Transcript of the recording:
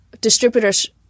distributors